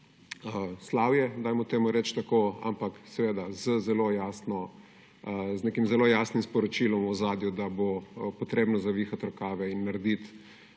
slavje, dajmo temu reči tako, ampak seveda z zelo jasno, z nekim zelo jasnim sporočilom v ozadju, da bo potrebno zavihati rokave in narediti